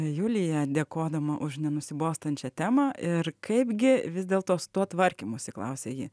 julija dėkodama už nenusibostančią temą ir kaipgi vis dėlto su tuo tvarkymusi klausia ji